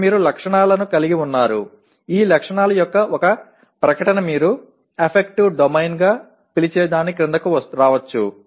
ఇక్కడ మీరు లక్షణాలను కలిగి ఉన్నారు ఈ లక్షణాల యొక్క ఏ ప్రకటన మీరు ఎఫేక్టివ్ డొమైన్ గా పిలిచే దాని క్రిందకు రావచ్చు